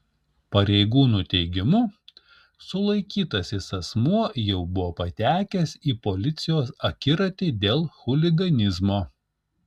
pareigūnų teigimu sulaikytasis asmuo jau buvo patekęs į policijos akiratį dėl chuliganizmo